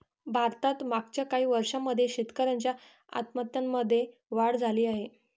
भारतात मागच्या काही वर्षांमध्ये शेतकऱ्यांच्या आत्महत्यांमध्ये वाढ झाली आहे